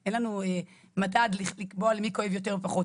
אין לנו מדד לקבוע למי כואב יותר או פחות,